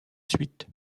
suite